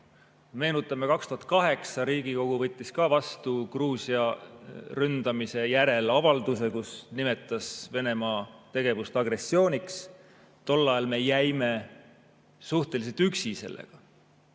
aastal 2008 Riigikogu võttis vastu Gruusia ründamise järel avalduse, kus nimetas Venemaa tegevust agressiooniks. Tol ajal me jäime suhteliselt üksi sellega.